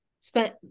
spent